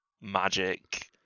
magic